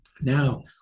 now